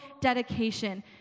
dedication